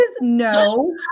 No